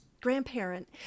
grandparent